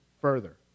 further